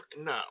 no